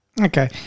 Okay